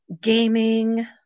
gaming